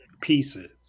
pieces